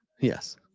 Yes